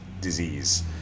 disease